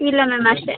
ಇಲ್ಲ ಮ್ಯಾಮ್ ಅಷ್ಟೇ